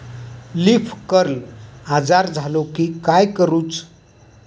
Leaf curl आजार झालो की काय करूच?